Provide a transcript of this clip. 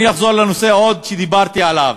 ואני אחזור לנושא שכבר דיברתי עליו,